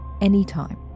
anytime